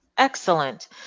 Excellent